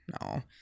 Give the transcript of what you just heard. No